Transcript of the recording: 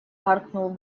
гаркнул